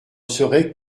serait